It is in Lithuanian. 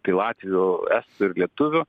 tai latvių estų ir lietuvių